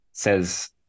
says